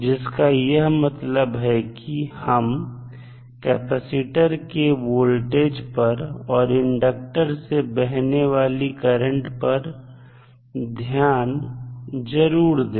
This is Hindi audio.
जिसका यह मतलब है कि हम कैपेसिटर के वोल्टेज पर और इंडक्टर से बहने वाली करंट पर ध्यान जरूर दें